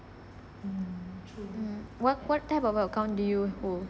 mm what what type of a account do you